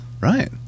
Right